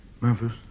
Memphis